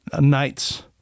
nights